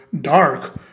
dark